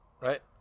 right